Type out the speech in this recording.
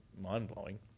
mind-blowing